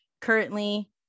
currently